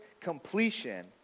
completion